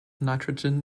nitrogen